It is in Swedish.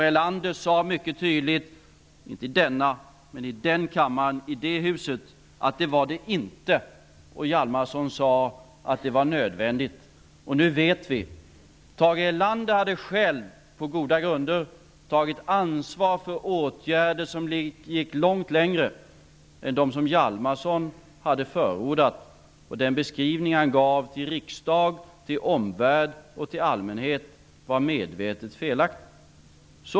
Erlander sade mycket tydligt i en av kamrarna i det dåvarande riksdagshuset att det inte var så, medan Hjalmarson menade att det var nödvändigt. Nu vet vi hur det var. Tage Erlander hade själv på goda grunder tagit ansvar för åtgärder som gick långt längre än de som Hjalmarson hade förordat, och den beskrivning som han gav riksdag, omvärld och allmänhet var medvetet felaktig.